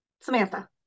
Samantha